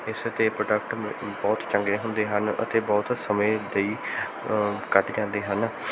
ਇਸ ਦੇ ਪ੍ਰੋਡਕਟ ਬਹੁਤ ਚੰਗੇ ਹੁੰਦੇ ਹਨ ਅਤੇ ਬਹੁਤ ਸਮੇਂ ਦੇਈ ਕੱਢ ਜਾਂਦੇ ਹਨ